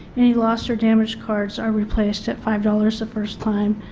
any lost or damaged cards are replaced at five dollars the first time,